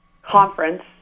conference